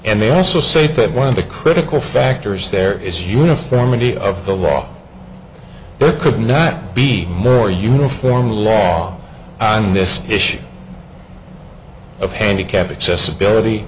and they also say that one of the critical factors there is uniformity of the law there could not be more uniform law on this issue of handicap accessibility